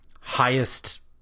highest